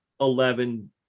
Eleven